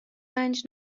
رنج